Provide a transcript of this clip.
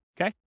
Okay